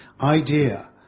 idea